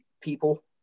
people